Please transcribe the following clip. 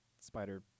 spider